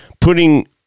putting